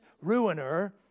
ruiner